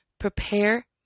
prepare